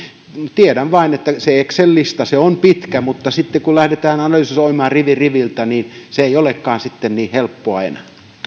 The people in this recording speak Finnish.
tiedän vain että se excel lista on pitkä mutta sitten kun lähdetään analysoimaan rivi riviltä niin se ei olekaan sitten niin helppoa enää